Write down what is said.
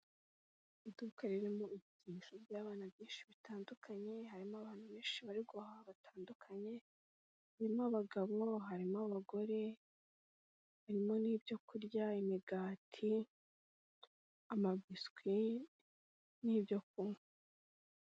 Iduka ririmo ibikinisho by'abana byinshi bitandukanye harimo abantu benshi bari batandukanye birimo abagabo, harimo abagore, harimo n'ibyo kurya imigati, ama biswi, n'ibyo kunywa.